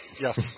Yes